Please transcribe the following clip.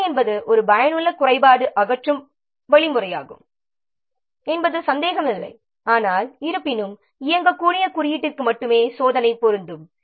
சோதனை என்பது ஒரு பயனுள்ள குறைபாடு அகற்றும் வழிமுறையாகும் என்பதில் சந்தேகமில்லை ஆனால் இருப்பினும் இயங்கக்கூடிய குறியீட்டிற்கு மட்டுமே சோதனை பொருந்தும்